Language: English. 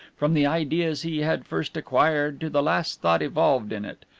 from the ideas he had first acquired to the last thought evolved in it,